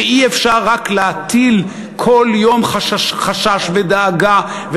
ואי-אפשר רק להטיל כל יום חשש ודאגה,